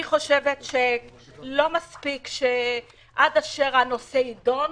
אני חושבת שלא מספיק להמתין עד אשר הנושא יידון.